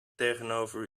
tegenover